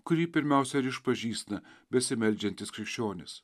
kurį pirmiausia ir išpažįsta besimeldžiantys krikščionys